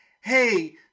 hey